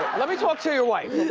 let me talk to your wife,